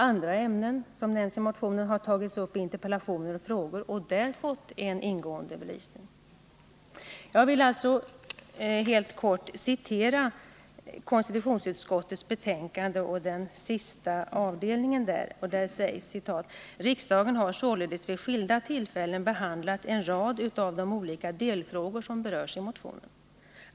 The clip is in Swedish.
Andra ämnen som nämns i motionen har tagits upp i interpellationer och frågor och i samband därmed fått en ingående belysning. Jag vill helt kort citera konstitutionsutskottets betänkande, där det i sista avdelningen sägs följande: ”Riksdagen har således vid skilda tillfällen behandlat en rad av de olika delfrågor som berörs i motionen.